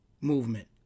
movement